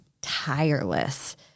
tireless